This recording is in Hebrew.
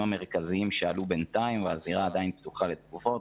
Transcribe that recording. המרכזיים שעלו בינתיים והזירה עדיין פתוחה לתגובות.